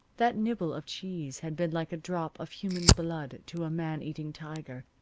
that nibble of cheese had been like a drop of human blood to a man-eating tiger.